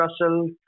Russell